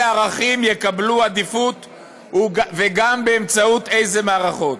ערכים יקבלו עדיפות וגם באמצעות אילו מערכות.